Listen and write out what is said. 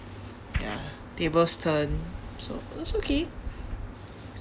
ya tables turn so it's okay